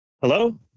Hello